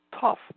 tough